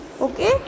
Okay